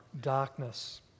Darkness